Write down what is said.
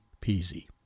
peasy